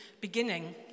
beginning